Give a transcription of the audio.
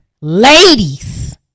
ladies